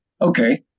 okay